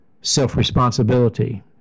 self-responsibility